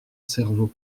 cerveau